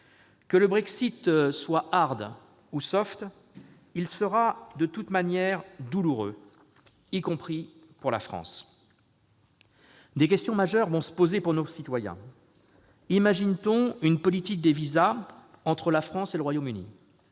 Que le Brexit soit ou, il sera douloureux, y compris pour la France. Plusieurs questions majeures vont se poser pour nos concitoyens. Imagine-t-on une politique des visas entre la France et le Royaume-Uni ?